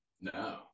No